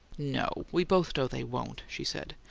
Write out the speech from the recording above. no. we both know they won't, she said.